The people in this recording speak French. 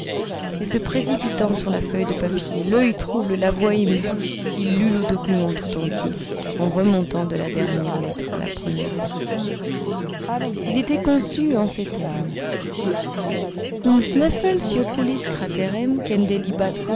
et se précipitant sur la feuille de papier l'oeil trouble la voix émue il lut le document tout entier en remontant de la dernière lettre à la première il était conçu en ces termes in